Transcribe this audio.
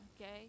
okay